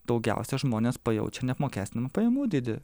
daugiausia žmonės pajaučia neapmokestinamų pajamų dydį